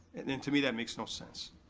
and and to me that makes no sense.